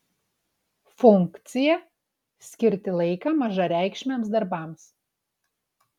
funkcija skirti laiką mažareikšmiams darbams